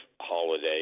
holiday